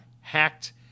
hacked